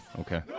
okay